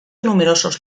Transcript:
numerosos